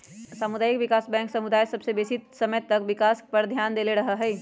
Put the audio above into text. सामुदायिक विकास बैंक समुदाय सभ के बेशी समय तक विकास पर ध्यान देले रहइ छइ